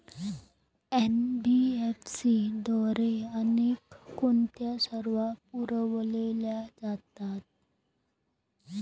NBFC द्वारे आणखी कोणत्या सेवा पुरविल्या जातात?